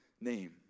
Name